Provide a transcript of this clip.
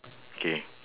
okay